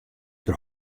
der